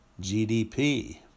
GDP